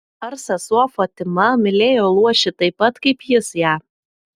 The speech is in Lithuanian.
ar sesuo fatima mylėjo luošį taip pat kaip jis ją